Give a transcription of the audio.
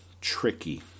Tricky